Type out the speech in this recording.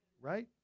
right